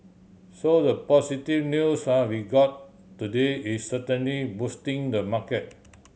so the positive news are we got today is certainly boosting the market